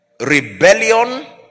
rebellion